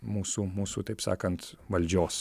mūsų mūsų taip sakant valdžios